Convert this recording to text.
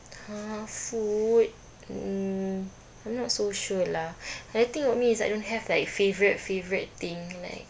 !huh! food mm I'm not so sure lah a thing about me is I don't have like favourite favourite thing like